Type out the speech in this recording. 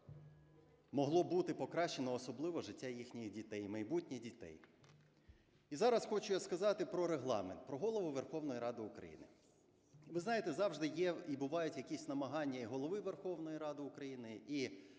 могло бути покращено, особливо життя їхніх дітей і майбутнє дітей. І зараз я хочу сказати про Регламент, про Голову Верховної Ради України. Ви знаєте, завжди є і бувають якісь намагання і Голови Верховної Ради України, і